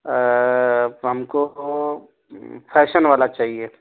ہم کو فیشن والا چاہیے